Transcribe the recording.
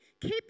Keep